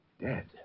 dead